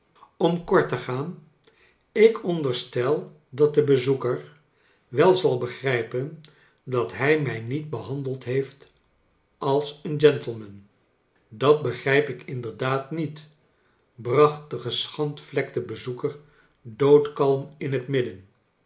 dm kort te gaan ik onderstel dat de bezoeker wel zal begrijpen dat hij mij niet behandeld heeft als een gentleman dat begrijp ik inderdaad niet bracht de geschandvlekte bezoeker doodkalm in het midden